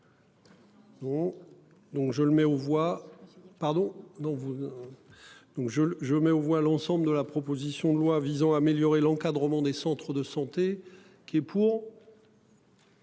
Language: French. Donc je le, je mets aux voix l'ensemble de la proposition de loi visant à améliorer l'encadrement des centres de santé qui est pour.